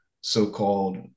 so-called